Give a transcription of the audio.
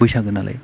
बैसागोनालाय